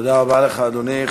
תודה רבה לך, אדוני.